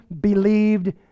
believed